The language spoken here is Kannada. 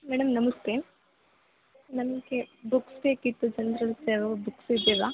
ಮೇಡಮ್ ನಮಸ್ತೆ ನಮಗೆ ಬುಕ್ಸ್ ಬೇಕಿತ್ತು ಜನ್ರಲ್ಸ್ ಯಾವ್ಯಾವು ಬುಕ್ಸ್ ಇದಾವಾ